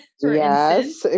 Yes